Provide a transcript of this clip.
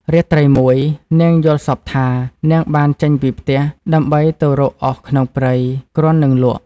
រាត្រីមួយ នាងយល់សប្តិថា នាងបានចេញពីផ្ទះ ដើម្បីទៅរកអុសក្នុងព្រៃ គ្រាន់នឹងលក់ ។